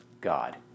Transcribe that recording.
God